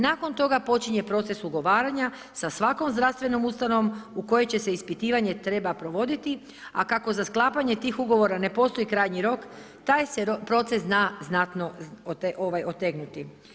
Nakon toga počinje proces ugovaranja sa svakom zdravstvenom ustanovom u kojoj će se ispitivanje treba provoditi, a kako za sklapanje tih ugovora ne postoji krajnji rok, taj se proces zna znatno otegnuti.